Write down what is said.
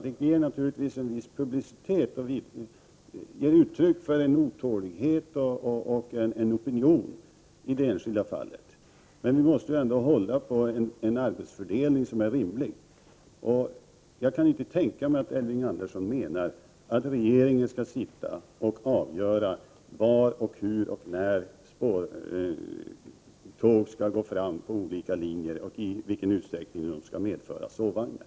Det ger naturligtvis en viss publicitet och ger uttryck för otålighet och för en opinion i det enskilda fallet. Men vi måste ändå hålla på en arbetsfördelning som är rimlig. Jag kan inte tänka mig att Elving Andersson menar att regeringen skall sitta och avgöra var, hur och när tåg skall gå fram på olika linjer och i vilken utsträckning de skall medföra sovvagnar.